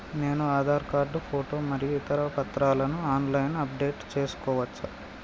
నేను Aadhaar card photo మరియు ఇతర పత్రాలను ఆన్ లైన్ అప్ డెట్ చేసుకోవచ్చా?